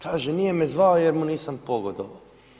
Kaže nije me zvao jer mu nisam pogodovao.